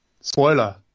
Spoiler